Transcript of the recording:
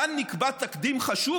כאן נקבע תקדים חשוב",